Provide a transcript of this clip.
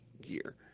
gear